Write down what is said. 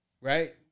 Right